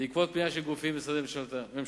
בעקבות פנייה של גופים ומשרדי ממשלה,